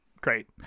Great